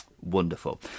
wonderful